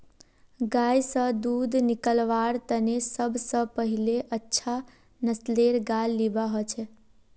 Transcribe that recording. गाय स दूध निकलव्वार तने सब स पहिले अच्छा नस्लेर गाय लिबा हछेक